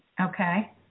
Okay